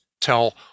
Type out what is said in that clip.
tell